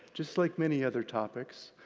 just like many other topics.